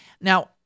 Now